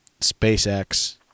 SpaceX